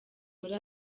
muri